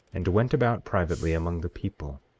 and went about privately among the people,